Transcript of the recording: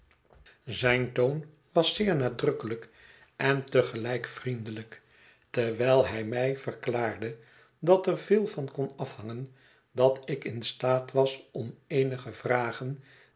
zijn toon was zeer nadrukkelijk en te gelijk vriendelijk terwijl hij mij verklaarde dat er veel van kon afhangen dat ik in staat was om eenige vragen